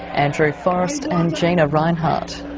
andrew forrest and gina reinhart.